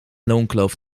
loonkloof